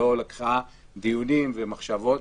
לא ערכה דיונים ובדקה מחשבות.